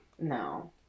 No